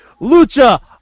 Lucha